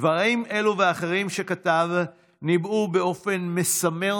דברים אלו ואחרים שכתב ניבאו באופן מסמר